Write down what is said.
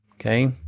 okay.